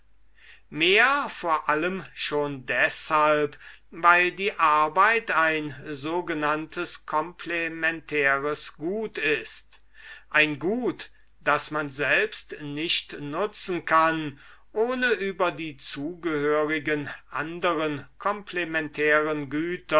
mehr vor allem schon deshalb weil die arbeit ein sogenanntes komplementäres gut ist ein gut das man selbst nicht nutzen kann ohne über die zugehörigen anderen komplementären güter